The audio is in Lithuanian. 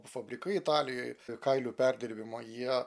fabrikai italijoje kailių perdirbimo jie